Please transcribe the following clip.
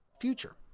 future